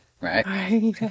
right